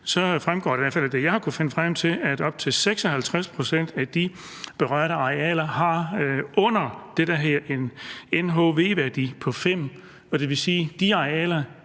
fremgår det i hvert fald af det, som jeg har kunnet finde frem til, at op til 56 pct. af de berørte arealer har under 5 i det, der hedder NHV-værdi, og det vil sige, at de arealer